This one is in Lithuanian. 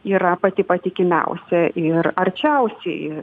yra pati patikimiausia ir arčiausiai